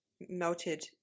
melted